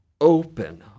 open